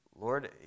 Lord